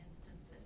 instances